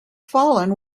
fallen